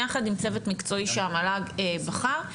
יחד עם צוות מקצועי שהמל"ג בחר.